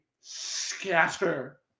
scatter